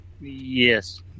yes